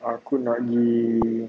aku nak gi